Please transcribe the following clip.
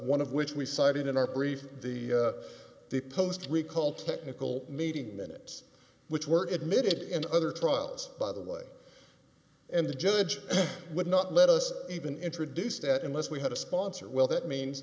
one of which we cited in our brief the the post recall technical meeting minutes which were admitted in other trials by the way and the judge would not let us even introduced at unless we had a sponsor well that means